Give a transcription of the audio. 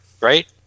right